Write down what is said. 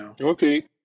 Okay